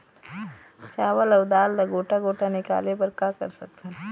चावल अऊ दाल ला गोटा गोटा निकाले बर का कर सकथन?